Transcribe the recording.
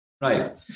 Right